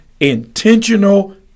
intentional